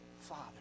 Father